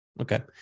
Okay